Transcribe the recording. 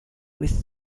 with